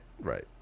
right